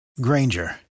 Granger